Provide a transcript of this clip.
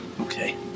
Okay